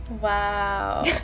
wow